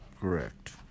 Correct